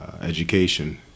education